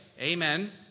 amen